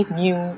new